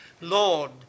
Lord